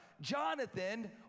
Jonathan